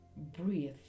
Breathe